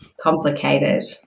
complicated